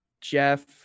jeff